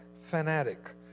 fanatic